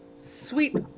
sweet